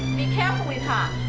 be careful with her.